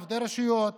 לעובדי רשויות,